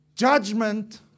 Judgment